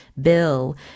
bill